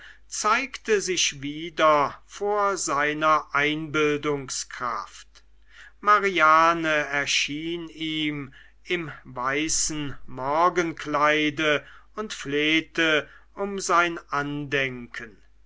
zeigte sich wieder vor seiner einbildungskraft mariane erschien ihm im weißen morgenkleide und flehte um sein andenken